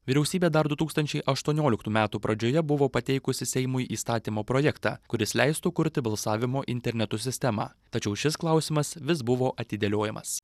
vyriausybė dar du tūkstančiai aštuonioliktų metų pradžioje buvo pateikusi seimui įstatymo projektą kuris leistų kurti balsavimo internetu sistemą tačiau šis klausimas vis buvo atidėliojamas